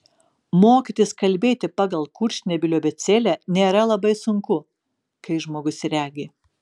mokytis kalbėti pagal kurčnebylių abėcėlę nėra labai sunku kai žmogus regi